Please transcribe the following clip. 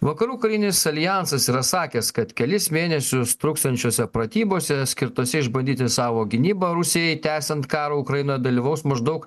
vakarų karinis aljansas yra sakęs kad kelis mėnesius truksiančiose pratybose skirtose išbandyti savo gynybą rusijai tęsiant karą ukrainoj dalyvaus maždaug